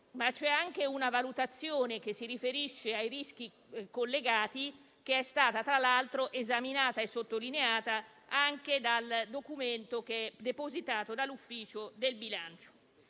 ma c'è anche una valutazione che si riferisce ai rischi collegati che è stata, tra l'altro, esaminata e sottolineata anche dal documento depositato dall'Ufficio parlamentare